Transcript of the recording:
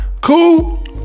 Cool